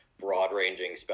broad-ranging